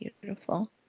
Beautiful